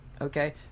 okay